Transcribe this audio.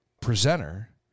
presenter